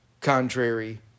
contrary